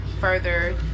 further